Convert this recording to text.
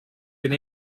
been